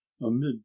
amid